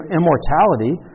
immortality